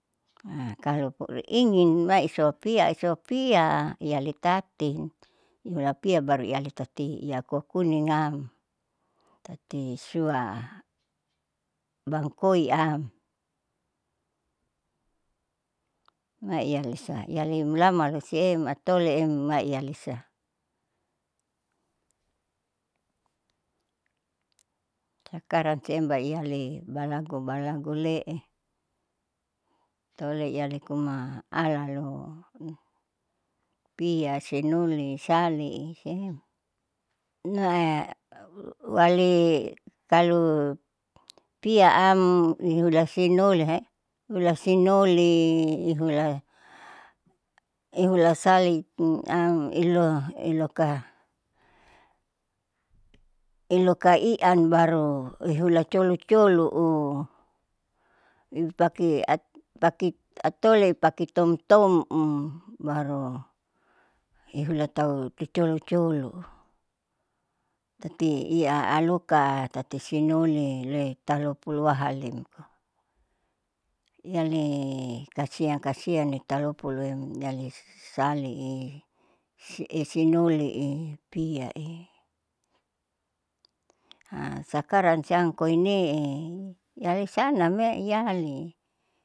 kalopo laingin mai isoa pia iso pia yalitatin lapia, baru iya hatati iya kuah kuning am, tati sua bangkoi am, maialisa iyali mulamalusiem atoleem maialisa. Sakarang siem baeiyali balagu balagule toleiyali kuma alalo pia asinole, sali i siem ma uali kalo piya am nihula sinoli e hula sinoli ihula ihulali sali am iloka, iloka ian baru ihula colo colo i pakai i pakai at pakai atole pake tomtom baru ihulatau ti colo colo taati iya aloka tati sinoli le taloka puluahalin iyali kasian kasian nitalopoluem niali sali i, sinoli i piya i. sakarang siam koinee yalisa name iyali.